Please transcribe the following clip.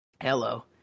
Hello